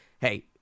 hey